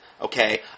Okay